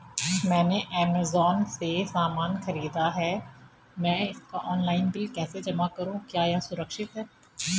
मैंने ऐमज़ान से सामान खरीदा है मैं इसका ऑनलाइन बिल कैसे जमा करूँ क्या यह सुरक्षित है?